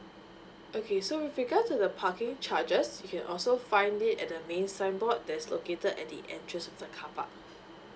okay so with regards to the parking charges you can also find it at the main sign board that's located at the entrance of the car park